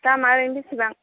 दामआ ओरैनो बेसेबां